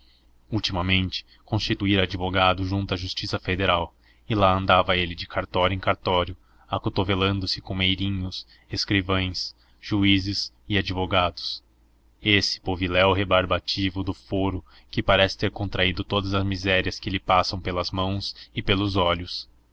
ultimamente constituíra advogado junto à justiça federal e lá andava ele de cartório em cartório acotovelando se com meirinhos escrivães juízes e advogados esse poviléu rebarbativo do foro que parece ter contraído todas as misérias que lhe passam pelas mãos e pelos olhos